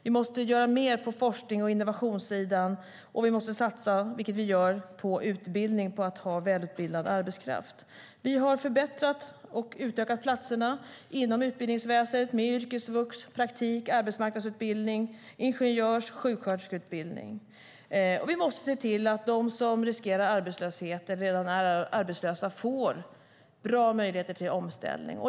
Vi måste göra mer på forsknings och innovationssidan, och vi måste satsa - vilket vi gör - på utbildning och på välutbildad arbetskraft. Vi har förbättrat och utökat platserna inom utbildningsväsendet med yrkesvux, praktik, arbetsmarknadsutbildning och ingenjörs och sjuksköterskeutbildning. Vi måste se till att de som riskerar arbetslöshet eller redan är arbetslösa får bra möjligheter till omställning.